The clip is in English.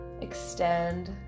extend